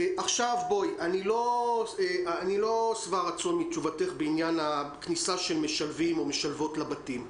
אני לא שבע רצון מתשובתך בעניין הכניסה של משלבים או משלבות לבתים.